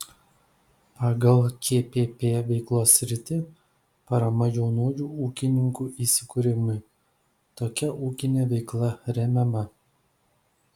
pagal kpp veiklos sritį parama jaunųjų ūkininkų įsikūrimui tokia ūkinė veikla remiama